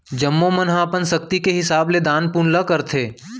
जम्मो मन ह अपन सक्ति के हिसाब ले दान पून ल करथे